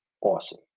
awesome